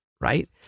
right